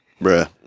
Bruh